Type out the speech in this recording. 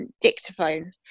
dictaphone